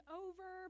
over